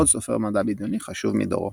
עוד סופר מדע בדיוני חשוב מדורו.